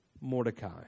Mordecai